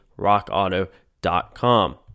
Rockauto.com